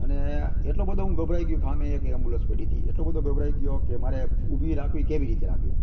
અને એટલો બધો હું ગભરાઈ ગયો કે સામે એક એમ્બુલન્સ પડી હતી એટલો બધો ગભરાઈ ગયો કે મારે ઊભી રાખવી કેવી રીતે રાખવી